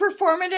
performative